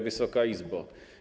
Wysoka Izbo!